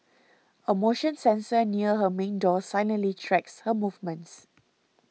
a motion sensor near her main door silently tracks her movements